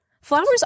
flowers